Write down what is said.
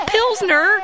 Pilsner